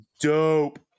dope